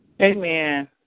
Amen